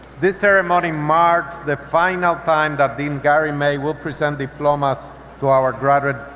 this ceremony marks the final time that dean gary may will present diplomas to our but